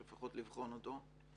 או לפחות לבחון אותו.